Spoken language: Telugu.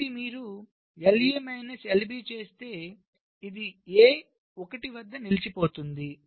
కాబట్టి మీరు LA మైనస్ LB చేస్తే ఇది A 1 వద్ద నిలిచిపోతుంది